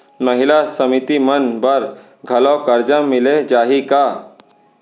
महिला समिति मन बर घलो करजा मिले जाही का?